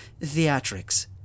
theatrics